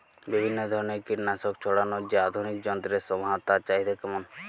বিভিন্ন ধরনের কীটনাশক ছড়ানোর যে আধুনিক যন্ত্রের সমাহার তার চাহিদা কেমন?